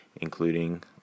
including